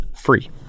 free